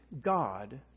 God